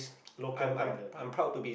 local tailor